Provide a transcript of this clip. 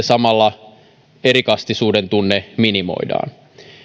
samalla erikastisuuden tunne minimoidaan